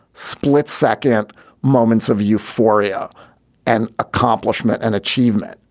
split-second moments of euphoria and accomplishment and achievement,